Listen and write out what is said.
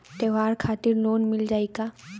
त्योहार खातिर लोन मिल जाई का?